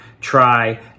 try